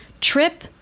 Trip